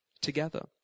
together